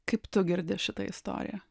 kaip tu girdi šitą istoriją